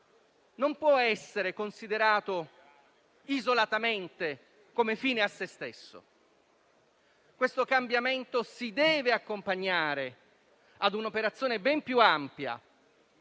non può essere considerato isolatamente, come fine a se stesso. Esso si deve accompagnare a un'operazione ben più ampia